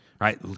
right